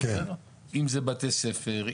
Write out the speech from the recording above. אם זה בתי ספר,